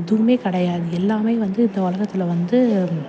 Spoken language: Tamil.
எதுவும் கிடையாது எல்லாம் வந்து இந்த உலகத்தில் வந்து